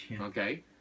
Okay